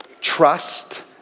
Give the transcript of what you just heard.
Trust